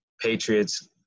Patriots